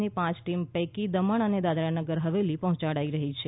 ની પાંચ ટીમો પૈકી દમણ અને દાદરાનગર હવેલી પહોંચાડાઈ રહી છે